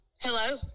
Hello